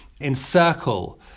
encircle